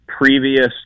previous